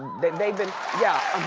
they've been, yeah.